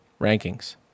Rankings